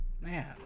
Man